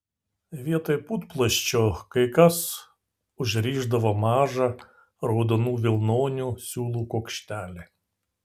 vietoj putplasčio kai kas užrišdavo mažą raudonų vilnonių siūlų kuokštelį